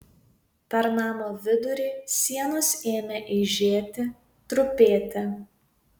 per namo vidurį sienos ėmė eižėti trupėti